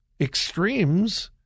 Extremes